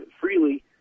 freely